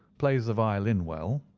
plays the violin well.